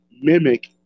mimic